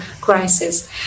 crisis